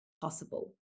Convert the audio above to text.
possible